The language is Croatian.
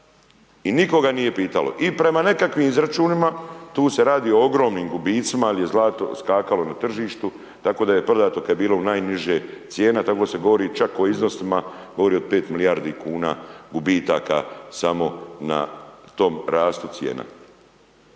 i nikoga nije pitala. I prema nekakvim izračunima, tu se radi o ogromnim gubicima jer je zlato skakalo na tržištu tako da je prodato kad je bilo u najniže cijena, tako se govori čak o iznosima govori o 5 milijardi kuna gubitaka samo na tom rastu cijena.